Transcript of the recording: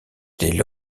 des